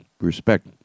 respect